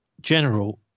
general